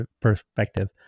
perspective